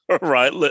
Right